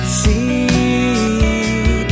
see